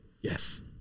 Yes